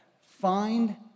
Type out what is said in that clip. Find